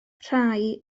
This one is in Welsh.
rhai